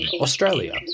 Australia